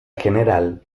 general